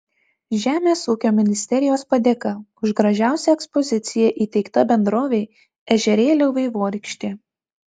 žemės ūkio ministerijos padėka už gražiausią ekspoziciją įteikta bendrovei ežerėlio vaivorykštė